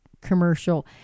commercial